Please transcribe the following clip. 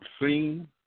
seen